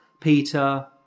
Peter